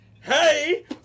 Hey